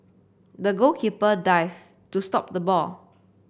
the goalkeeper dived to stop the ball